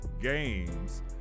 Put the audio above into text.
games